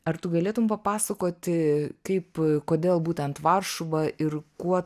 ar tu galėtum papasakoti kaip kodėl būtent varšuva ir kuo